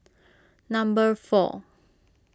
number four